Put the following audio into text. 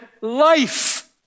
life